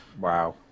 Wow